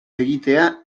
egitea